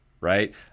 Right